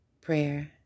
prayer